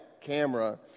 camera